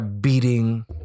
beating